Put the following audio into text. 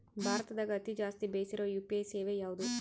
ಭಾರತದಗ ಅತಿ ಜಾಸ್ತಿ ಬೆಸಿರೊ ಯು.ಪಿ.ಐ ಸೇವೆ ಯಾವ್ದು?